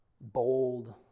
bold